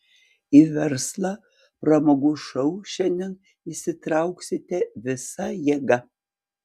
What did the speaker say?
į verslą pramogų šou šiandien įsitrauksite visa jėga